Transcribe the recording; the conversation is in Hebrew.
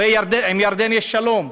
הרי עם ירדן יש שלום.